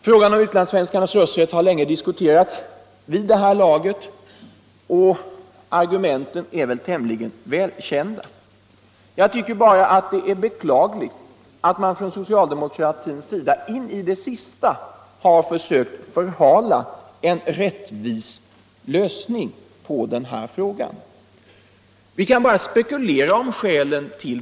Frågan om utlandssvenskarnas rösträtt har vid det här laget diskuterats länge, och argumenten är välkända. Jag tycker att det är beklagligt att man från socialdemokratins sida in i det sista försökt förhala en rättvis lösning av denna fråga. Vi kan bara spekulera över skälen härtill.